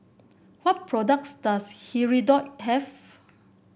what products does Hirudoid have